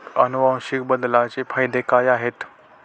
अनुवांशिक बदलाचे फायदे काय आहेत?